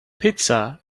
pizza